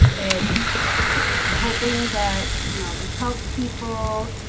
it's i'm hoping that you know this helps people.